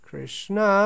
...Krishna